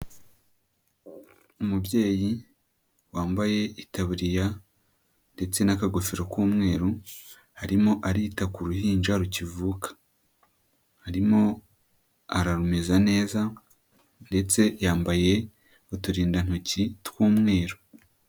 Umubyeyi wambaye itaburiya ndetse n'akagofero k'umweru arimo arita ku ruhinja rukivuka, arimo ararumeza neza ndetse yambaye uturindantoki tw'umweru.